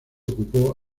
ocupó